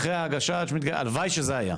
אחרי ההגשה, הלוואי שזה היה,